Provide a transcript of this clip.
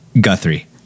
Guthrie